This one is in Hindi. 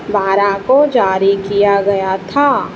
बारह को जारी किया गया था